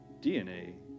DNA